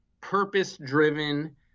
purpose-driven